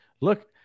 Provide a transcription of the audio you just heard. look